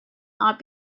not